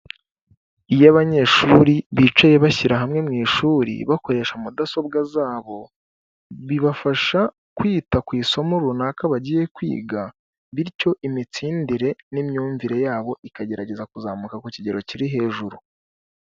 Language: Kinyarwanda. Iyo abanyeshuri bicaye bashyira hamwe mu ishuri bakoresha mudasobwa zabo, bibafasha kwita ku isomo runaka bagiye kwiga, bityo imitsindire n'imyumvire yabo ikagerageza kuzamuka ku kigero kiri hejuru.